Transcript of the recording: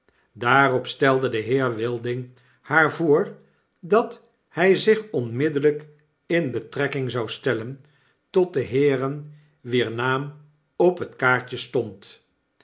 daarop stelde de heer wilding haar voor dat hij zich onmiddellijk in betrekking zou stellen tot de heeren wier naam op het kaartje stond